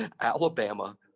Alabama